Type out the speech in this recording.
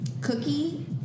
cookie